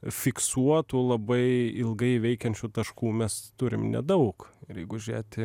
fiksuotų labai ilgai veikiančių taškų mes turim nedaug ir jeigu žiūrėti